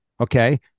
okay